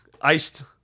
iced